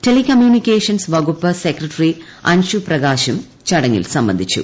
tele communications വകുപ്പ് secretary Anshu പ്രകാശും ചടങ്ങിൽ സംബന്ധിച്ചു